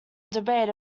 debate